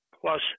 plus